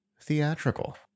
theatrical